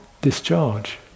discharge